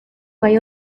gai